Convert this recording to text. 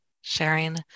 sharing